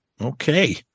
Okay